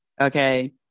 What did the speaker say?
Okay